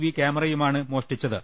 V ക്യാമറയുമാണ് മോഷ്ടിച്ചത്